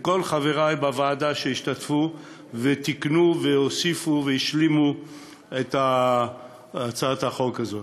לכל חברי בוועדה שהשתתפו ותיקנו והוסיפו והשלימו את הצעת החוק הזאת.